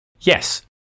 Yes